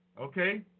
Okay